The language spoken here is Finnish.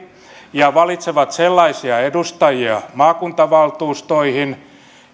ja valitsevat sellaisia edustajia maakuntavaltuustoihin